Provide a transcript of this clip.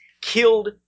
killed